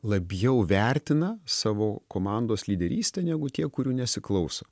labiau vertina savo komandos lyderystę negu tie kurių nesiklauso